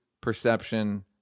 perception